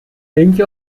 irgendwie